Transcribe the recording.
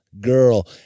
Girl